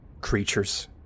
creatures